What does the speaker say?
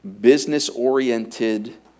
business-oriented